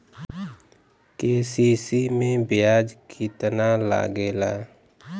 KCC में ब्याज कितना लागेला?